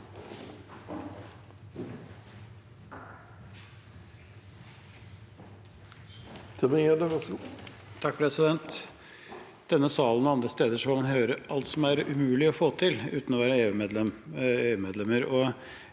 (FrP) I denne salen og andre steder får man høre alt som er umulig å få til uten å være EU-medlem.